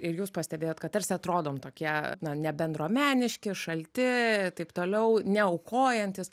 ir jūs pastebėjot kad tarsi atrodom tokie na nebendruomeniški šalti taip toliau neaukojantys